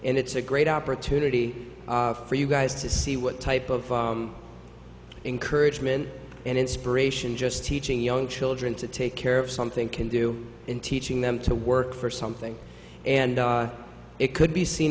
and it's a great opportunity for you guys to see what type of encouragement and inspiration just teaching young children to take care of something can do in teaching them to work for something and it could be seen